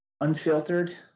unfiltered